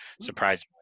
surprisingly